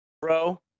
Bro